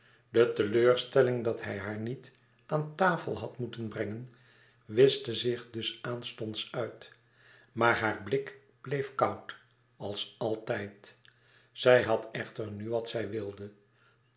de teleurstelling dat hij haar niet aan tafel had moeten brengen wischte zich dus aanstonds uit maar haar blik bleef koud als altijd zij hàd echter nu wat zij wilde